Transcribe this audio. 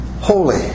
holy